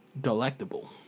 Delectable